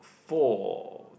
for